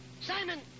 Simon